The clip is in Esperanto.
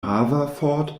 haverford